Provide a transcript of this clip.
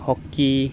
hockey